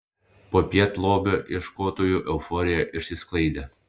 popiet lobio ieškotojų euforija išsisklaidė